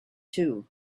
too